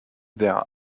their